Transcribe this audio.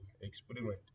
experiment